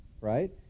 right